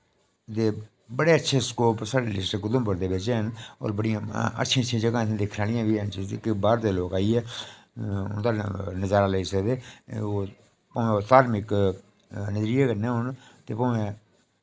दे बड़े अच्छे स्कोप साढ़े डिस्ट्रिक्ट उधमपुर दे बिच हैन अच्छी अच्छी जगह दिखने आह्ली बी हैन बाह्र दे लोक आईये लोक नजारा लेई सकदे धार्मिक नजरिये कन्नै होन ते भामें